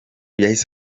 yahise